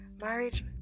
marriage